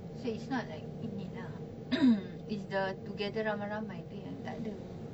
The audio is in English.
so it's not like ini lah it's the together ramai-ramai yang tak ada